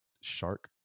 shark